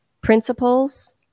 Principles